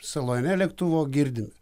salone lėktuvo girdime